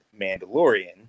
Mandalorian